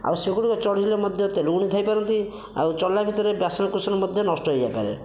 ଆଉ ସେଗୁଡ଼ିକୁ ଚଢ଼ିଲେ ମଧ୍ୟ ତେଲୁଗୁଣି ଥାଇ ପାରନ୍ତି ଆଉ ଚଢ଼ିଲା ଭିତରେ ବାସନ କୁସନ ମଧ୍ୟ ନଷ୍ଟ ହୋଇ ଯାଇ ପାରେ